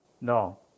no